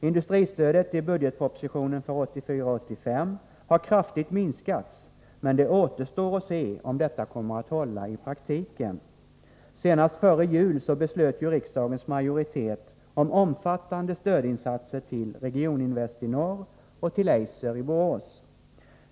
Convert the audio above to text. Industristödet i budgetpropositionen för 1984/85 har kraftigt minskats, men det återstår att se om detta håller i praktiken. Senast före jul beslöt riksdagens majoritet om omfattande stödinsatser till Regioninvest i Norr och till Eiser i Borås.